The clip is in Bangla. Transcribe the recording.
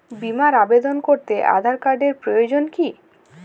বিমার আবেদন করতে আধার কার্ডের প্রয়োজন কি?